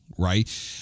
Right